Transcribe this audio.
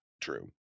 true